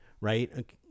right